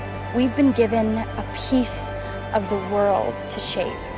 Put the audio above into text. we've been given a piece of the world to shape.